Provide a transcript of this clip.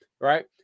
right